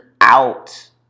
out